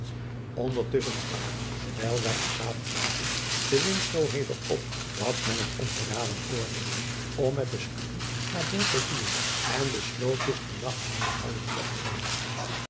ndertusschen stak terwijl wij aan tafel zaten de wind zoo hevig op dat men het ongeraden oordeelde om met de sloepen naar boord te roeijen en besloot dus den nacht aan de elder door te brengen